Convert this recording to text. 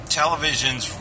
televisions